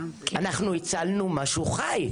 אנחנו הצלנו משהו חי.